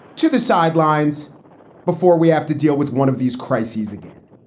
to the sidelines before we have to deal with one of these crises again